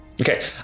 Okay